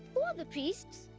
are the priests?